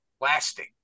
lasting